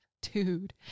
dude